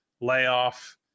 layoff